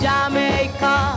Jamaica